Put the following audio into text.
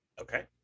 Okay